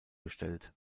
gestellt